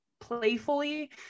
playfully